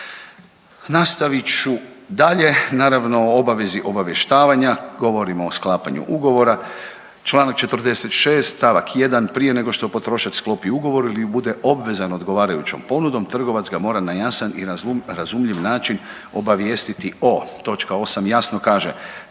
Nastavit ću dalje, naravno o obavezi obavještavanja govorim o sklapanju ugovora, čl. 46. st. 1. prije nego što potrošač sklopi ugovor ili bude obvezan odgovarajućom ponudom trgovac ga mora na jasan i razumljiv način obavijestiti o točka 8. jasno kaže,